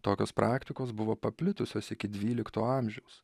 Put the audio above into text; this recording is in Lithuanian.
tokios praktikos buvo paplitusios iki dvylikto amžiaus